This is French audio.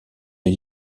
les